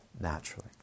naturally